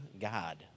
God